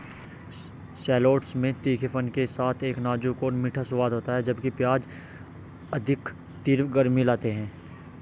shallots में तीखेपन के साथ एक नाजुक और मीठा स्वाद होता है, जबकि प्याज अधिक तीव्र गर्मी लाते हैं